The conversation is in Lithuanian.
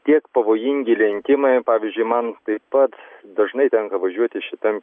tiek pavojingi lenkimai pavyzdžiui man taip pat dažnai tenka važiuoti šitam